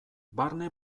barne